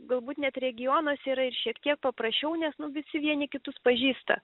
galbūt net regionuose yra ir šiek tiek paprasčiau nes nu visi vieni kitus pažįsta